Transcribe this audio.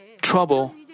trouble